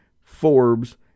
Forbes